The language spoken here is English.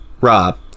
Rob